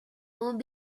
won’t